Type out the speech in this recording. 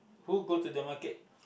who go to the market